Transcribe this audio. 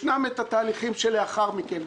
ישנם את התהליכים שלאחר מכן,